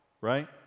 right